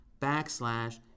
backslash